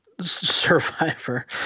Survivor